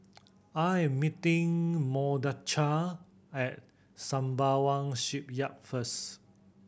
I am meeting Mordechai at Sembawang Shipyard first